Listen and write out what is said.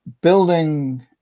building